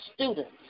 students